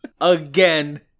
Again